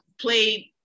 played